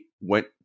went